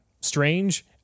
strange